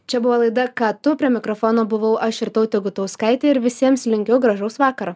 čia buvo laida ką tu prie mikrofono buvau aš irtautė gutauskaitė ir visiems linkiu gražaus vakaro